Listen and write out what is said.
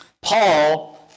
Paul